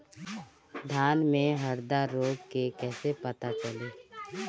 धान में हरदा रोग के कैसे पता चली?